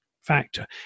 factor